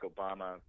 Obama